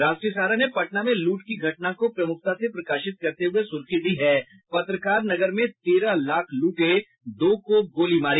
राष्ट्रीय सहारा ने पटना में लूट की घटना को प्रमुखता से प्रकाशित करते हुए सुर्खी दी है पत्रकार नगर में तेरह लाख लूटे दो को गोली मारी